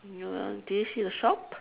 uh did you see the shop